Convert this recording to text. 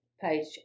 page